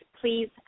Please